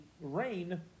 rain